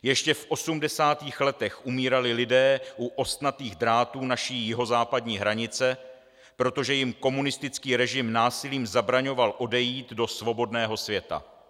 Ještě v 80. letech umírali lidé u ostnatých drátů naší jihozápadní hranice, protože jim komunistický režim násilím zabraňoval odejít do svobodného světa.